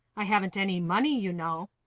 i haven't any money you know.